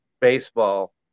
baseball